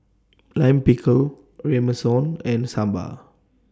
Lime Pickle Ramyeon and Sambar